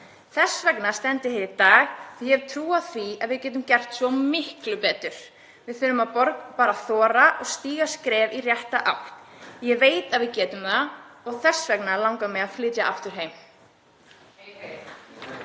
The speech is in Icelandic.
Þess vegna stend ég hér í dag, því að ég hef trú á því að við getum gert svo miklu betur. Við þurfum bara að þora og stíga skref í rétta átt. Ég veit að við getum það og þess vegna langar mig að flytja aftur heim.